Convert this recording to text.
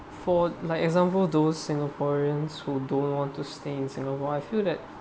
for like example those singaporeans who don't want to stay in singapore I feel that